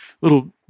little